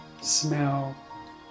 smell